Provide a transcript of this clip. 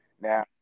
Now